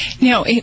Now